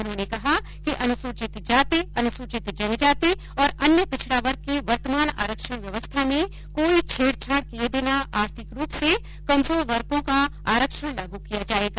उन्होंने कहा कि अनुसूचित जाति अनुसूचित जनजाति और अन्य पिछड़ा वर्ग की वर्तमान आरक्षण व्यवस्था में कोई छेड़छाड़ किए बिना आर्थिक रूप से कमजोर वर्गो का आरक्षण लागू किया जाएगा